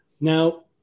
now